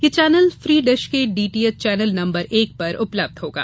यह channel free dish के DTH channel number एक पर उपलब्ध होगा